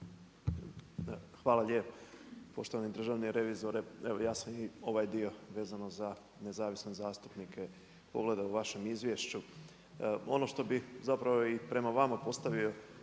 Hvala lijepo. Poštovani državni revizore, evo ja sam i ovaj dio vezano za nezavisne zastupnike pogledao u vašem izvješću. Ono što bih zapravo i prema vama postavio